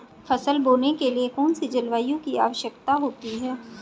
फसल बोने के लिए कौन सी जलवायु की आवश्यकता होती है?